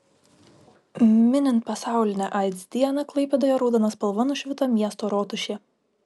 minint pasaulinę aids dieną klaipėdoje raudona spalva nušvito miesto rotušė